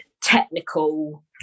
technical